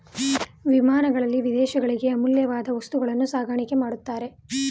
ವಿಮಾನಗಳಲ್ಲಿ ವಿದೇಶಗಳಿಗೆ ಅಮೂಲ್ಯವಾದ ವಸ್ತುಗಳನ್ನು ಸಾಗಾಣಿಕೆ ಮಾಡುತ್ತಾರೆ